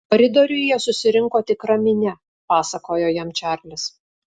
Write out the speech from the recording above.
koridoriuje susirinko tikra minia pasakojo jam čarlis